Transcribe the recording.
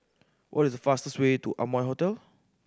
what is the fastest way to Amoy Hotel